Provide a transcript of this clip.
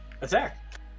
attack